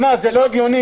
תשמע, זה לא הגיוני.